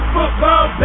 Football